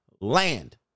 Land